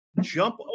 jump